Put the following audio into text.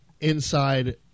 inside